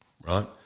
right